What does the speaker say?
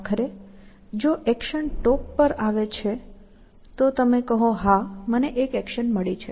આખરે જો action top પર આવે છે તો તમે કહો હા મને એક એક્શન મળી છે